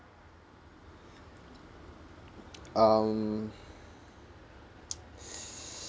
um